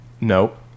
Nope